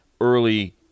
early